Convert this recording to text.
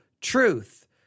truth